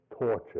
torture